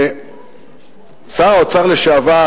שר האוצר לשעבר,